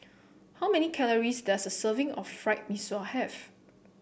how many calories does a serving of Fried Mee Sua have